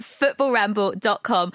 footballramble.com